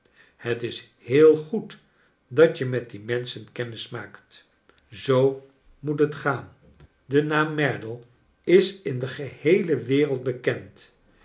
het is heel goed dat je met die menschen kennis maakt zoo moet het gaan de naam merdle is in de geheele wereld bekend